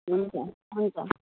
हुन्छ हुन्छ thank you